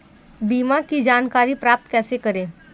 बीमा की जानकारी प्राप्त कैसे करें?